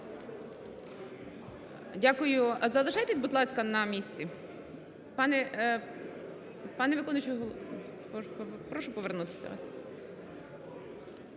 Дякую. Залишайтесь, будь ласка, на місці.